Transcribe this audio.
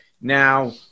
Now